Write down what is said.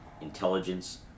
intelligence